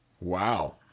Wow